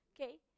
okay